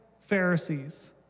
Pharisees